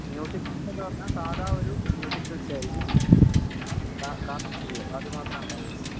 music system എന്നു പറഞ്ഞാൽ സാധാരണ ഒരു മ്യൂസിക് സിസ്റ്റം ആയിരിക്കും കാർ സ്റ്റീരിയോ അത് മാത്രമേ ഉണ്ടാവുള്ളൂ